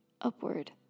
upward